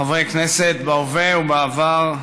חברי כנסת בהווה ובעבר,